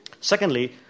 Secondly